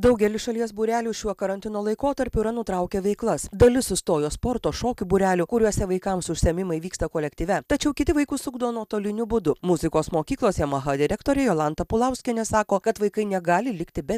daugelis šalies būrelių šiuo karantino laikotarpiu yra nutraukę veiklas dalis sustojo sporto šokių būrelių kuriuose vaikams užsiėmimai vyksta kolektyve tačiau kiti vaikus ugdo nuotoliniu būdu muzikos mokyklos yamaha direktorė jolanta pulauskienė sako kad vaikai negali likti be